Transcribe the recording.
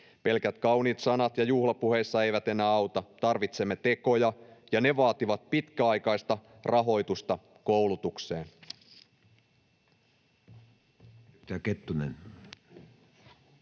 Pelkät kauniit sanat juhlapuheissa eivät enää auta. Tarvitsemme tekoja, ja ne vaativat pitkäaikaista rahoitusta koulutukseen.